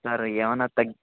sir ఏమన్నా తగ్